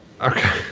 Okay